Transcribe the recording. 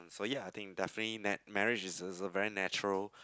so yeah I think definitely mar~ marriage is a a very natural